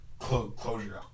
closure